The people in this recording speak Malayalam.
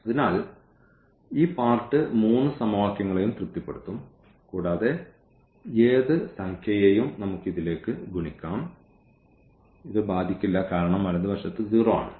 അതിനാൽ ഈ പാർട്ട് മൂന്ന് സമവാക്യങ്ങളെയും തൃപ്തിപ്പെടുത്തും കൂടാതെ ഏത് സംഖ്യയേയും നമുക്ക് ഇതിലേക്ക് ഗുണിക്കാം ഇത് ബാധിക്കില്ല കാരണം വലതുവശത്ത് 0 ആണ്